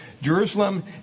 Jerusalem